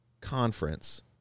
conference